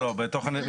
לא, לא, גברתי.